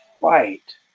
fight